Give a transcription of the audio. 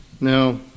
Now